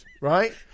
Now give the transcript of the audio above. right